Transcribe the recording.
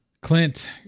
Clint